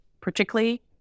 particularly